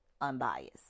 unbiased